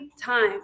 time